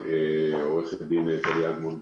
עורכת דין טליה אגמון.